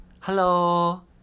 Hello